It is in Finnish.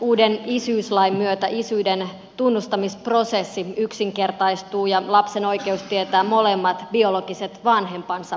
uuden isyyslain myötä isyyden tunnustamisprosessi yksinkertaistuu ja lapsen oikeus tietää molemmat biologiset vanhempansa paranee